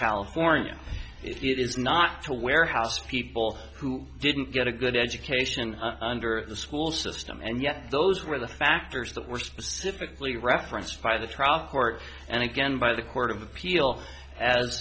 california it is not to warehouse people who didn't get a good education under the school system and yet those were the factors that were specifically referenced by the trial court and again by the court of appeal as